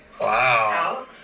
Wow